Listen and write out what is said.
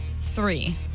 three